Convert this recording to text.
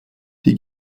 die